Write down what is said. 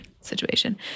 situation